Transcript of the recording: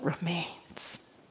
remains